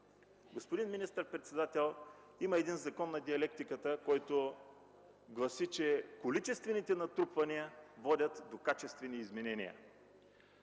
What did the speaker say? Господин министър-председател, има един закон на диалектиката, който гласи, че количествените натрупвания водят до качествени изменения.